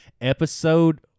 episode